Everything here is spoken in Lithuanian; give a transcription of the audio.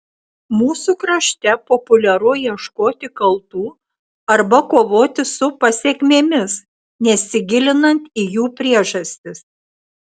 mūsų krašte populiaru ieškoti kaltų arba kovoti su pasekmėmis nesigilinant į jų priežastis